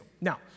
Now